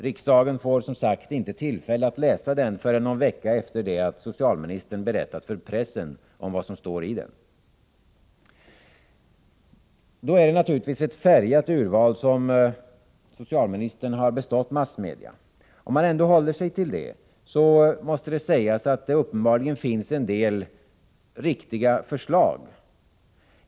Riksdagen får som sagt inte tillfälle att läsa den förrän någon vecka efter det att socialministern berättat för pressen om vad som står i den. Det är naturligtvis ett färgat urval som socialministern har bestått massmedia. Om man ändå håller sig till detta, måste det sägas att det uppenbarligen finns en del riktiga förslag.